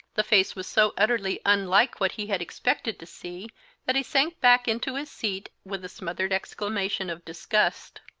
the face was so utterly unlike what he had expected to see that he sank back into his seat with a smothered exclamation of disgust.